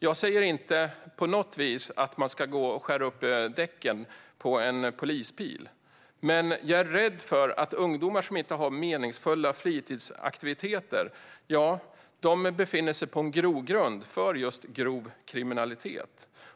Jag säger inte på något vis att de ska gå och skära upp däcken på en polisbil, men jag är rädd för att ungdomar som inte har meningsfulla fritidsaktiviteter är en grogrund för just grov kriminalitet.